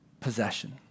possession